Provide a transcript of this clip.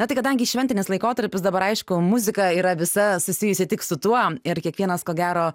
na tai kadangi šventinis laikotarpis dabar aišku muzika yra visa susijusi tik su tuo ir kiekvienas ko gero